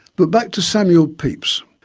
but back to samuel pepys.